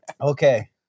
Okay